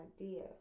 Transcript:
Idea